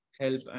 help